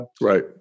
Right